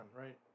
right